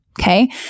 Okay